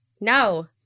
No